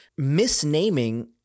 misnaming